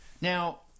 now